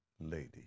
lady